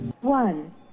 one